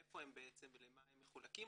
איפה הם בעצם ולמה הם מחולקים,